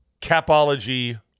Capology